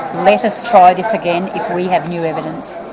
let us try this again if we have new evidence.